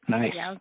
Nice